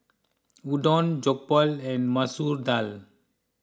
Udon Jokbal and Masoor Dal